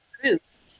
truth